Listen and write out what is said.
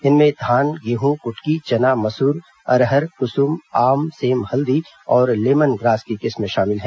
इनमें धान गेहूं कुटकी चना मसूर अरहर कुसुम आम सेम हल्दी और लेमन ग्रास की किस्में शामिल हैं